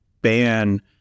ban